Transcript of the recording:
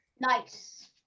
Nice